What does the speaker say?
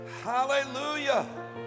Hallelujah